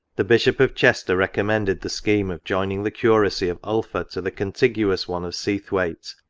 the bishop of chester recommended the scheme of joining the curacy of ulpha to the contiguous one of seathwaite,